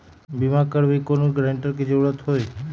बिमा करबी कैउनो गारंटर की जरूरत होई?